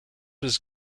was